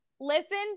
listen